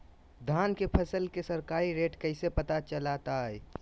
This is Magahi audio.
धान के फसल के सरकारी रेट कैसे पता चलताय?